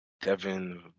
Devin